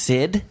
Sid